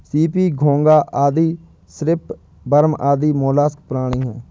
CP, घोंगा और shrimp worm आदि मौलास्क प्राणी हैं